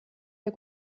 der